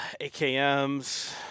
AKMs